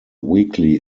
weakly